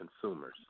consumers